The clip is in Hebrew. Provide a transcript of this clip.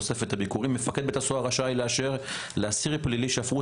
תוספת הביקורים: "מפקד בית הסוהר רשאי לאשר לאסיר פלילי שפוט